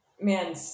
Man